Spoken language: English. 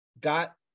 got